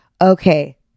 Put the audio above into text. okay